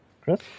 Chris